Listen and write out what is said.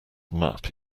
map